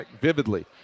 vividly